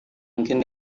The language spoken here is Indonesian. mungkin